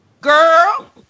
Girl